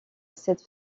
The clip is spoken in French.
cette